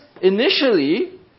initially